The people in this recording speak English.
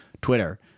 Twitter